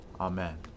Amen